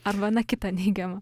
arba na kitą neigiamą